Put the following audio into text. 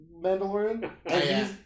Mandalorian